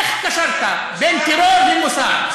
איך קשרת בין טרור למוסר?